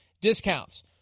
discounts